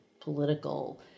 political